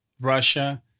Russia